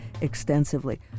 extensively